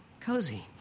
Cozy